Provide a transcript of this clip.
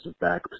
back